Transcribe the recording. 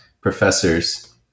professors